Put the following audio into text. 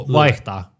vaihtaa